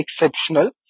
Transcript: exceptional